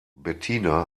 bettina